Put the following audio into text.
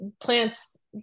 plants